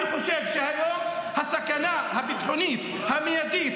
אני חושב שהיום הסכנה הביטחונית המיידית